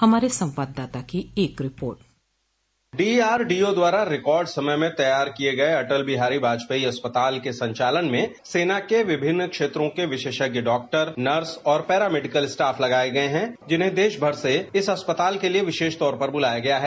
हमारे संवाददाता की एक रिपोर्ट डीआरडीओ द्वारा रिकॉर्ड समय में तैयार किए गए इस अस्पताल के संचालन मैं सेना के विभिन्न क्षेत्रों के विशेषज्ञ डॉक्टर नर्स और पैरामेडिकल स्टाफ लगाए गए हैं जिन्हें देश भर से इस अस्पताल के लिए विशेष तौर पर बुलाया गया है